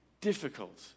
difficult